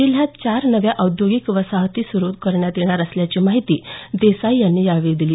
जिल्ह्यात चार नव्या औद्योगिक वसाहती सुरू करण्यात येणार असल्याची माहिती देसाई यांनी यावेळी दिली